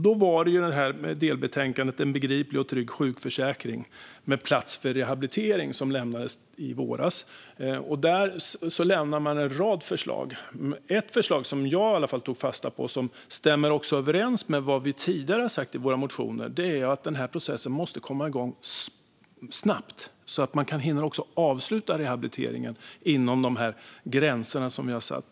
I våras lämnades delbetänkandet En begriplig och trygg sjukförsäkring med plats för rehabilitering , som innehåller en rad förslag. Ett förslag som i alla fall jag tog fasta på och som också stämmer överens med vad vi tidigare har sagt i våra motioner är att den här processen måste komma igång snabbt, så att man hinner avsluta rehabiliteringen inom de gränser som vi har satt.